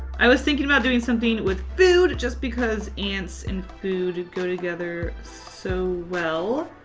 i was thinking about doing something with food just because ants and food go together so well.